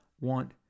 want